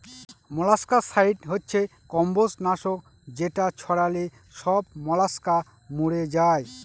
molluscicide হচ্ছে কম্বজ নাশক যেটা ছড়ালে সব মলাস্কা মরে যায়